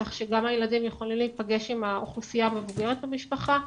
כך שגם הילדים יכולים להיפגש עם האוכלוסייה המבוגרת במשפחה.